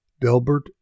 Delbert